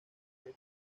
con